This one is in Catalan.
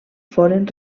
foren